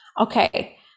Okay